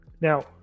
now